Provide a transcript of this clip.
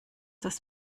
das